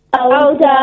older